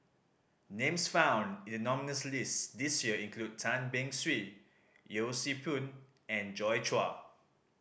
names found in the nominees' list this year include Tan Beng Swee Yee Siew Pun and Joi Chua